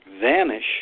vanish